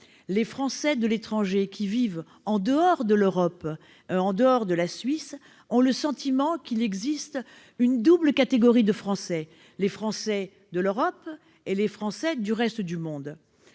les Français de l'étranger qui vivent en dehors de l'Europe et de la Suisse ont le sentiment qu'il existe une double catégorie de Français : ceux de l'Europe et ceux du reste du monde.